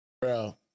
bro